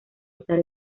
usar